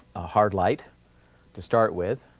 a hard light to start with,